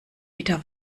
wieder